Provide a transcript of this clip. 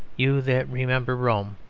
you that remember rome,